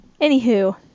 anywho